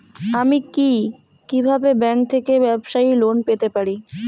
আমি কি কিভাবে ব্যাংক থেকে ব্যবসায়ী লোন পেতে পারি?